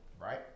Right